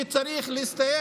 שצריך להסתיים.